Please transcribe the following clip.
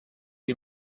sie